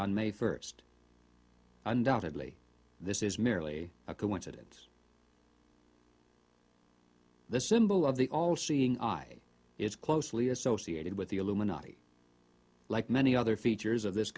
on may first undoubtedly this is merely a coincidence the symbol of the all seeing eye is closely associated with the illuminati like many other features of this